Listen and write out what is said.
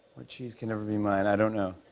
what cheese can never be mine? i don't know.